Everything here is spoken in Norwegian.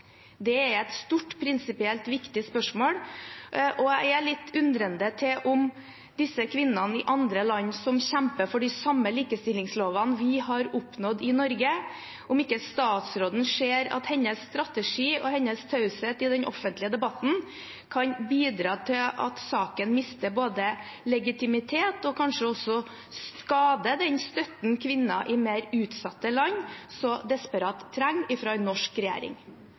Det er et stort, prinsipielt viktig spørsmål, og jeg er litt undrende på vegne av disse kvinnene i andre land, som kjemper for de samme likestillingslovene vi har oppnådd i Norge: Ser ikke statsråden at hennes strategi og hennes taushet i den offentlige debatten kan bidra til at saken både mister legitimitet og kanskje også skader den støtten kvinner i mer utsatte land så desperat trenger fra en norsk regjering?